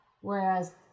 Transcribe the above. Whereas